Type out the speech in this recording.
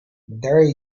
there